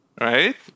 right